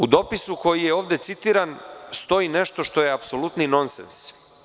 U dopisu koji je ovde citiran, stoji nešto što je apsolutni non sens.